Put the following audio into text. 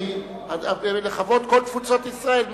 לכבוד כל תפוצות ישראל.